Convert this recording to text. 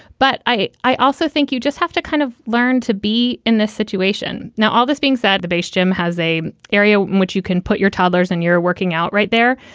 but i i also think you just have to kind of learn to be in this situation. now, all this being said, the base gym has a area in which you can put your toddlers and your working out right there.